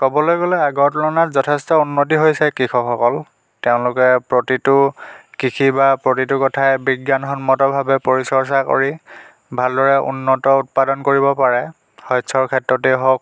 ক'বলৈ গ'লে আগৰ তুলনাত যথেষ্ট উন্নতি হৈছে কৃষকসকল তেওঁলোকে প্ৰতিটো কৃষি বা প্ৰতিটো কথাই বিজ্ঞান সন্মতভাৱে পৰিচৰ্চা কৰি ভালদৰে উন্নত উৎপাদন কৰিব পাৰে শস্যৰ ক্ষেত্ৰতে হওক